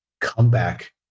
comeback